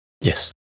Yes